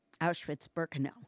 Auschwitz-Birkenau